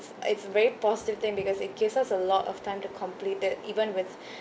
it's very positive thing because it gives us a lot of time to complete it even with